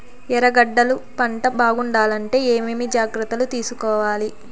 ఎర్రగడ్డలు పంట బాగుండాలంటే ఏమేమి జాగ్రత్తలు తీసుకొవాలి?